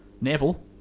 Neville